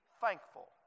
thankful